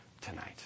tonight